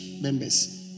members